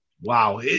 Wow